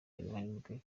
abihanirwe